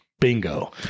Bingo